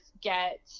get